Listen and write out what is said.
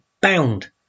bound